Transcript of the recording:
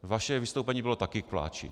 Vaše vystoupení bylo také k pláči.